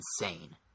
insane